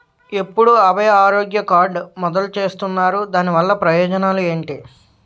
ఎప్పుడు అభయ ఆరోగ్య కార్డ్ మొదలు చేస్తున్నారు? దాని వల్ల ప్రయోజనాలు ఎంటి?